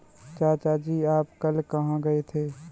चाचा जी आप कल कहां गए थे?